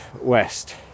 west